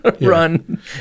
run